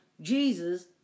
Jesus